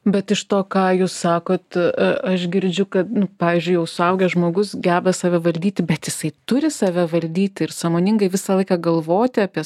bet iš to ką jūs sakot aš girdžiu kad pavyzdžiui jau suaugęs žmogus geba save valdyti bet jisai turi save valdyti ir sąmoningai visą laiką galvoti apie